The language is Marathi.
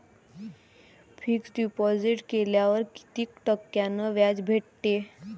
फिक्स डिपॉझिट केल्यावर कितीक टक्क्यान व्याज भेटते?